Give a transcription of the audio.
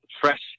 fresh